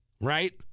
Right